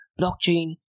blockchain